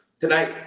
Tonight